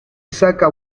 saca